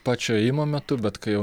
pačio ėjimo metu bet kai jau